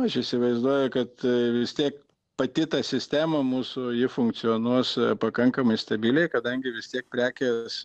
aš įsivaizduoju kad vis tiek pati tą sistema mūsų ji funkcionuos pakankamai stabiliai kadangi vis tiek prekės